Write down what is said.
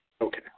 Okay